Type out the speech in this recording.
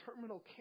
terminal